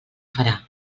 farà